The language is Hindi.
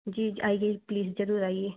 जी आइए प्लीज़ ज़रूर आइए